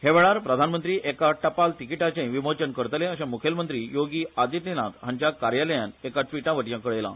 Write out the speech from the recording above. हे वेळार प्रधानमंत्री एका टपाल तिकिटाचेय विमोचन करतले अशे म्खेलमंत्री योगी आदीत्यनाथ हांच्या कार्यालयान एका व्टिटावटयां कळयला